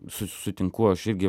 su sutinku aš irgi